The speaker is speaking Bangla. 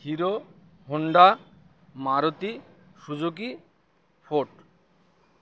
hero Honda Maruti Suzuki Ford